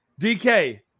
DK